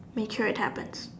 make sure it happens